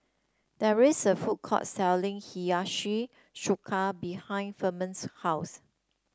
there's a food court selling Hiyashi Chuka behind Firman's house